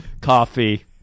Coffee